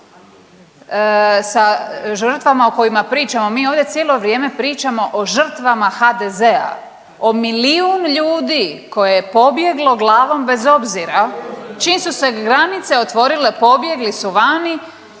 sa žrtvama o kojima pričamo. Mi ovdje cijelo vrijeme pričamo o žrtvama HDZ-a, o milijun ljudi koje je pobjeglo glavom bez obzira. Čim su se granice otvorile pobjegli su vani.